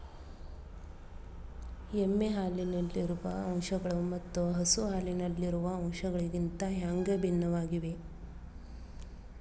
ಎಮ್ಮೆ ಹಾಲಿನಲ್ಲಿರುವ ಅಂಶಗಳು ಮತ್ತ ಹಸು ಹಾಲಿನಲ್ಲಿರುವ ಅಂಶಗಳಿಗಿಂತ ಹ್ಯಾಂಗ ಭಿನ್ನವಾಗಿವೆ?